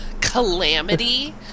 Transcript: calamity